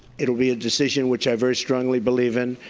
it will be a decision which i very strongly believe in.